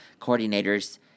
coordinators